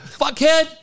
fuckhead